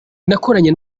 nakoranye